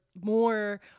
more